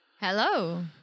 Hello